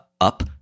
up